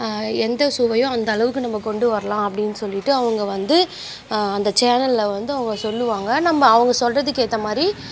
எந்த சுவையோ அந்த அளவுக்கு நம்ம கொண்டு வரலாம் அப்படின்னு சொல்லிட்டு அவங்க வந்து அந்த சேனலில் வந்து அவங்க சொல்லுவாங்க நம்ம அவங்க சொல்கிறதுக்கு ஏற்ற மாதிரி